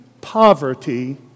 poverty